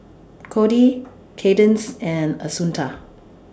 Kody Cadence and Assunta